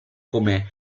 come